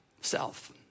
self